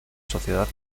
sociedad